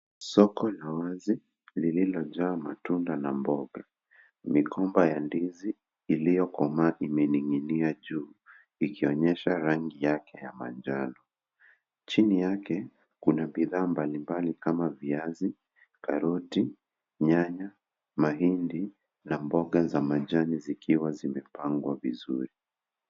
Soko la wazi lililojaa matunda na mboga. Migomba ya ndizi iliyokomaa umening'inia juu, ikionyesha rangi yake ya manjano, chini yake, kuna bidhaa mbalimbali kama viazi, karoti, nyanya, mahindi na mboga za majani zikiwa zimepangwa vizuri.